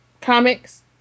comics